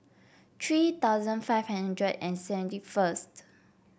three thousand five hundred and seventy first